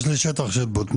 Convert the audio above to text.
יש לי שטח של בוטנים,